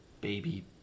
baby